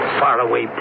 faraway